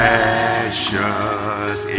Precious